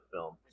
film